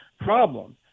problem